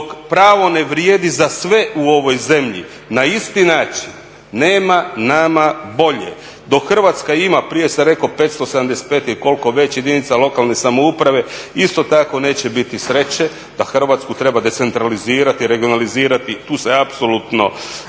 Dok pravo ne vrijedi za sve u ovoj zemlji na isti način nema nama bolje. Dok Hrvatska ima, prije sam rekao 575 ili koliko već jedinica lokalne samouprave, isto tako neće biti sreće. Hrvatsku treba decentralizirati i regionalizirati tu se apsolutno